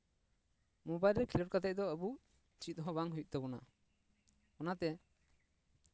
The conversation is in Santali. ᱢᱳᱵᱟᱭᱤᱞ ᱨᱮ ᱠᱷᱮᱞᱳᱰ ᱠᱟᱛᱮᱜ ᱫᱚ ᱟᱵᱚ ᱪᱮᱫ ᱦᱚᱸ ᱵᱟᱝ ᱦᱩᱭᱩᱜ ᱛᱟᱵᱚᱱᱟ ᱚᱱᱟᱛᱮ